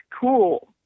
cool